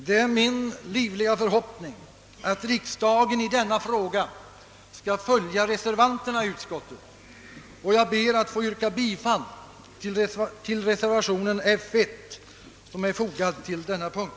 Det är min livliga förhoppning att riksdagen i denna fråga skall följa reservanterna i utskottet. Jag ber att få yrka bifall till reservationen F1, som är fogad till denna punkt.